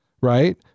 right